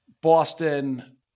Boston